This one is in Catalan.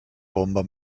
bomba